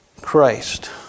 Christ